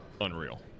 Unreal